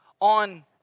on